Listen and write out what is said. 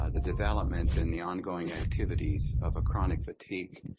ah the development and the ongoing activities of a chronic fatigue